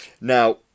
Now